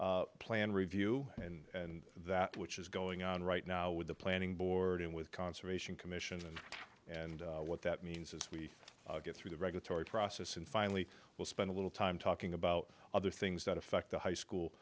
site plan review and that which is going on right now with the planning board and with conservation commission and what that means as we get through the regulatory process and finally we'll spend a little time talking about other things that affect the high school